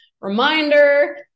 reminder